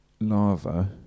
Lava